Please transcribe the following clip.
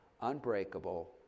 unbreakable